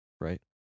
right